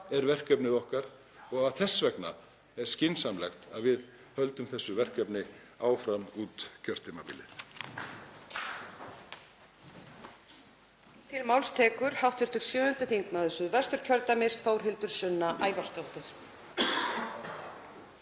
er verkefnið okkar og þess vegna er skynsamlegt að við höldum þessu verkefni áfram út kjörtímabilið.